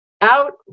out